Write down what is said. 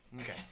Okay